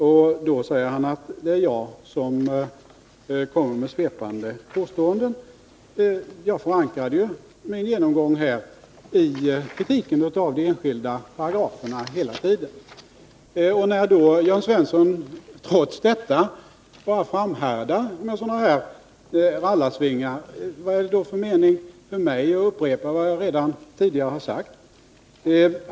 Likväl säger Jörn Svensson att det är jag som kommer med svepande påståenden. Jag förankrade ju hela tiden min genomgång i vpk:s kritik av de enskilda paragraferna. När Jörn Svensson trots det bara framhärdar med sådana här rallarsvingar kan man ju undra om det är någon mening för mig att upprepa vad jag tidigare har sagt.